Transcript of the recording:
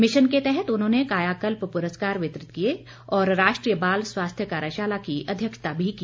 mission के तहत उन्होंने कायाकल्प पुरस्कार वितरित किए और राष्ट्रीय बाल स्वास्थ्य कार्यशाला की अध्यक्षता भी की